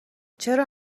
چرا